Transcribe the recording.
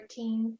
13